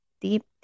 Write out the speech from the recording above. deep